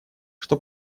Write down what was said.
что